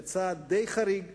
בצעד די חריג,